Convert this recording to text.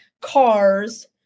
cars